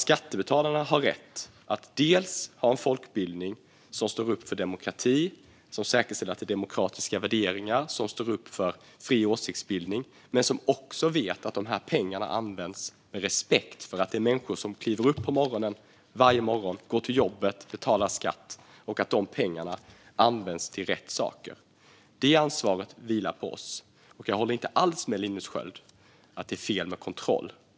Skattebetalarna har nämligen rätt att ha en folkbildning som står upp för demokrati, som säkerställer att det är demokratiska värderingar, som står upp för fri åsiktsbildning men också rätt att veta att dessa pengar används med respekt för de människor som kliver upp varje morgon, går till jobbet och betalar skatt och att dessa pengar används till rätt saker. Detta ansvar vilar på oss. Jag håller inte alls med Linus Sköld om att det är fel med kontroll.